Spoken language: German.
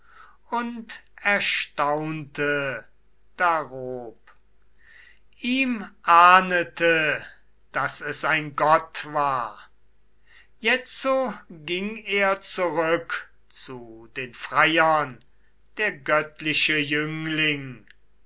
und erstaunte darob ihm ahndete daß es ein gott war jetzo ging er zurück zu den freiern der göttliche jüngling